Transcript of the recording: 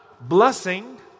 blessing